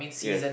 yes